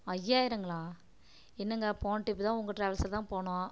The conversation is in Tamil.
ஐயாயிரங்களா என்னங்க போன ட்ரிப்பு தான் உங்கள் ட்ராவல்ஸில்தான் போனோம்